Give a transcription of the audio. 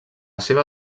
seva